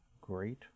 great